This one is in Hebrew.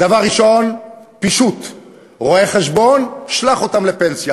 דבר ראשון, פישוט, רואי-חשבון, שלח אותם לפנסיה.